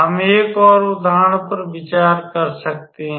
हम एक और उदाहरण पर विचार कर सकते हैं